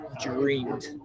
dreamed